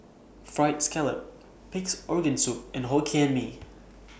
Fried Scallop Pig'S Organ Soup and Hokkien Mee